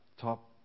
top